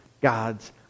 God's